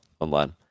online